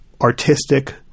artistic